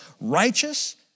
righteous